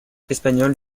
espagnol